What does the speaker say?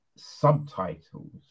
subtitles